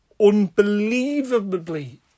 unbelievably